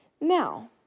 Now